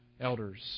elders